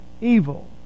evil